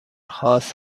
خاص